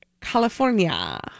California